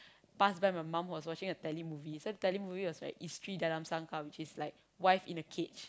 pass by my mum who was watching a tele movie so tele movie was like isteri dalam sangkar which is like wife in a cage